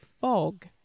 fog